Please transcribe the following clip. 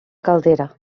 caldera